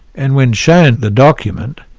and when shown the document,